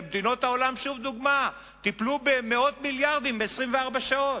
במדינות העולם טיפלו במאות מיליארדים ב-24 שעות.